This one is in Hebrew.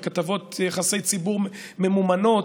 בכתבות יחסי ציבור ממומנות,